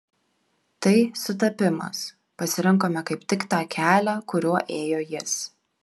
tai sutapimas pasirinkome kaip tik tą kelią kuriuo ėjo jis